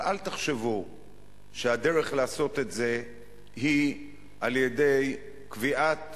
אבל אל תחשבו שהדרך לעשות את זה היא על-ידי קביעת